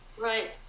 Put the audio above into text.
Right